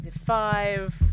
Five